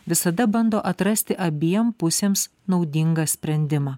visada bando atrasti abiem pusėms naudingą sprendimą